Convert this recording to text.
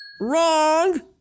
wrong